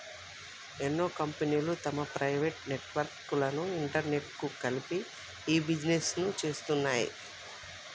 ఎన్నో కంపెనీలు తమ ప్రైవేట్ నెట్వర్క్ లను ఇంటర్నెట్కు కలిపి ఇ బిజినెస్ను చేస్తున్నాయి